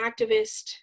activist